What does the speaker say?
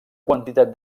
quantitat